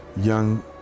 young